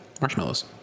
marshmallows